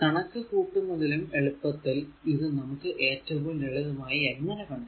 കണക്കു കൂട്ടുന്നതിലും എളുപ്പത്തിൽ ഇത് നമുക്ക് ഏറ്റവും ലളിതമായി എങ്ങനെ കണ്ടെത്താം